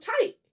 tight